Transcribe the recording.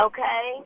Okay